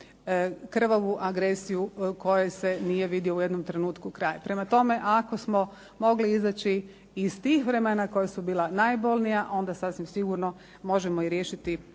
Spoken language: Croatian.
krvavu agresiju u kojoj se nije vidio u jednom trenutku kraj. Prema tome, ako smo mogli izaći iz tih vremena koja su bila najbolnija, onda sasvim sigurno možemo i riješiti